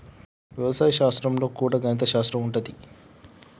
వ్యవసాయ శాస్త్రం లో కూడా గణిత శాస్త్రం ఉంటది